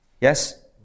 Yes